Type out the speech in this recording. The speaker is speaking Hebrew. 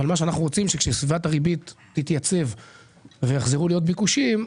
אנחנו רוצים שכשסביבת הריבית תתייצב ויחזרו להיות ביקושים,